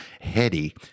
heady